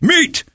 Meet